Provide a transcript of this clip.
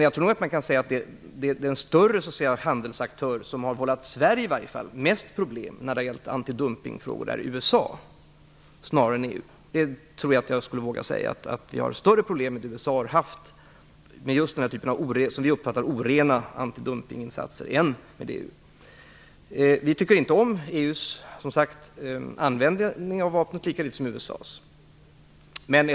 Jag tror nog att man kan säga att den större handelsaktör som i varje fall vållat Sverige mest problem när det har gällt antidumpningsfrågor är USA snarare än EU. Jag tror nog att jag vågar säga att vi har haft större problem med USA än med EU vad gäller just den här typen av "orena" Vi tycker som sagt inte om EU:s användning av vapnet, lika litet som vi tycker om USA:s.